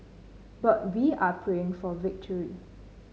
but we are praying for victory